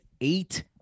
eight